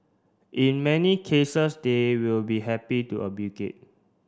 in many cases they will be happy to obligate